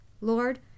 Lord